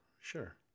Sure